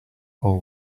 all